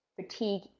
fatigue